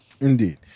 Indeed